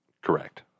Correct